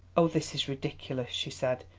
oh, this is ridiculous she said.